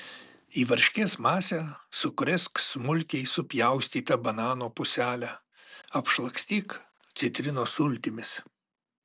į varškės masę sukrėsk smulkiai supjaustytą banano puselę apšlakstyk citrinos sultimis